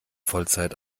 vollzeit